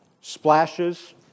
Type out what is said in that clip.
splashes